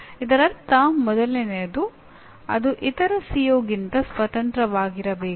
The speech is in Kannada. ಇದರರ್ಥ ಮೊದಲನೆಯದು ಅದು ಇತರ ಸಿಒಗಿಂತ ಸ್ವತಂತ್ರವಾಗಿರಬೇಕು